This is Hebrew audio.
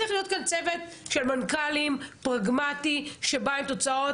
צריך להיות כאן צוות פרגמטי של מנכ"לים שבא עם תוצאות.